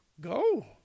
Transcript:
Go